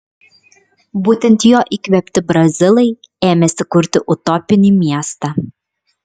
būtent jo įkvėpti brazilai ėmėsi kurti utopinį miestą